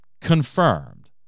confirmed